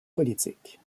politiques